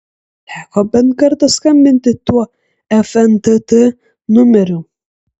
teko bent kartą skambinti tuo fntt numeriu